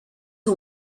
who